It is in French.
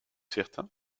certain